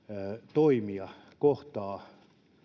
toimija kohtaa